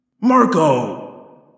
Marco